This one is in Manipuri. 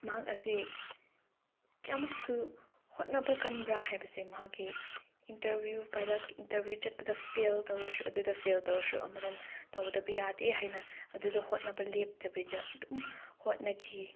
ꯃꯍꯥꯛ ꯑꯁꯤ ꯀꯌꯥꯃꯨꯛꯁꯨ ꯍꯣꯠꯅꯕ ꯀꯟꯕ꯭ꯔ ꯍꯥꯏꯕꯁꯦ ꯃꯍꯥꯛꯀꯤ ꯏꯟꯇ꯭ꯔꯕ꯭ꯌꯨ ꯄꯥꯏꯂꯠꯀꯤ ꯏꯟꯇ꯭ꯔꯕ꯭ꯌꯨ ꯆꯠꯄꯗ ꯐꯦꯜ ꯇꯧꯔꯁꯨ ꯑꯗꯨꯗ ꯐꯦꯜ ꯇꯧꯔꯁꯨ ꯑꯃꯔꯣꯝꯗ ꯇꯧꯗꯕ ꯌꯥꯗꯦ ꯍꯥꯏꯅ ꯑꯗꯨꯗ ꯍꯣꯠꯅꯕ ꯂꯦꯞꯇꯕꯤꯗ ꯑꯗꯨꯝ ꯍꯣꯠꯅꯈꯤ